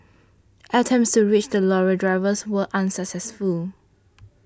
attempts to reach the lorry drivers were unsuccessful